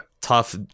Tough